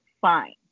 fine